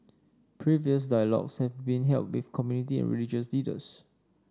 previous dialogues have been held with community and religious leaders